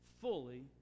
fully